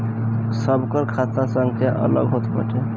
सबकर खाता संख्या अलग होत बाटे